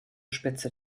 spitze